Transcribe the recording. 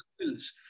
skills